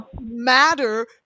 matter